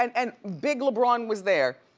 and and big lebron was there,